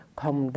không